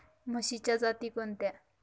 म्हशीच्या जाती कोणत्या?